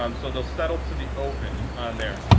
um so they'll settle to the open on there.